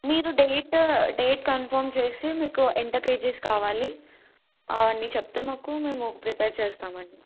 మీరు date date confirm చేసి మీకు ఎంత కేజీస్ కావాలి అవన్నీ చెప్తే మాకు మేము ప్రిపేర్ చేస్తామండి